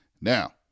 now